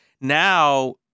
Now